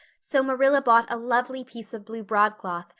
so marilla bought a lovely piece of blue broadcloth,